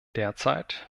derzeit